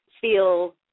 feel